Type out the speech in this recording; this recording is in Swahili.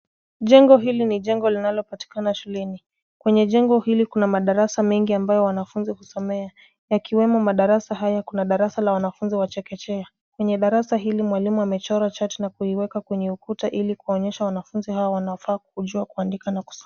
Jengo hili ni jengo linalopatikana shuleni. Kwenye jengo hili kuna madarasa mengi ambayo wanafunzi husomea. Yakiwemo madarasa haya, kuna darasa la wanafunzi wa chekechea. Kwenye darasa hili, mwalimu amechora chati na kuiweka kwenye ukuta, ili kuonyesha wanafunzi hawa wanaofaa kujua kuandika na kusoma.